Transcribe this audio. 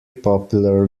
popular